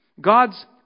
God's